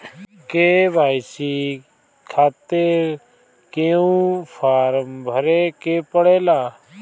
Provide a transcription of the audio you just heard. KYC खातिर क्यूं form भरे के पड़ेला?